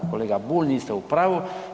Kolega Bulj, niste u pravu.